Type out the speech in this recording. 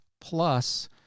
plus